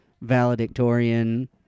valedictorian